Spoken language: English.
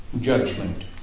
Judgment